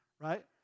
right